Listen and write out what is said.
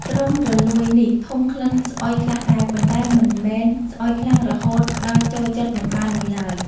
ត្រុំរលួយនេះធំក្លិនស្អុយខ្លះដែរ ប៉ុន្តែមិនមែនស្អុយខ្លាំងរហូតដល់ចូលជិតមិនបាននោះឡើយ។